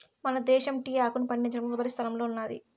మన దేశం టీ ఆకును పండించడంలో మొదటి స్థానంలో ఉన్నాది